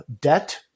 debt